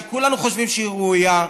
שכולנו חושבים שהיא ראויה,